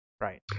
right